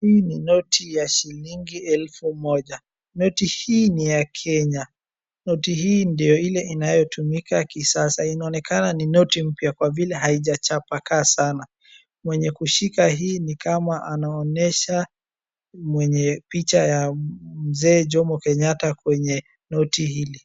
Hii ni noti ya shilingi elfu moja. Noti hii ni ya Kenya. Noti hii ndo ile inayotumika kisasa, inonekana ni noti mpya kwa vile haijachapaka sana . Mwenye kushika hii ni kama anaonyesha mwenye picha ya mzee Jomo Kenyatta kwenye picha hili.